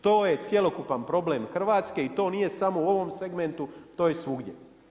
To je cjelokupan problem Hrvatske i to nije samo u ovom segmentu, to je svugdje.